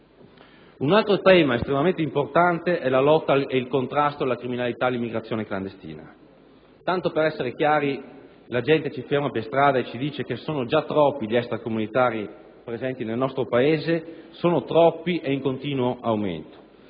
Un altro tema estremamente importante è la lotta e il contrasto alla criminalità e all'immigrazione clandestina. Tanto per essere chiari: la gente ci ferma per strada e ci dice che sono già troppi gli extracomunitari presenti nel nostro Paese, sono troppi e in continuo aumento.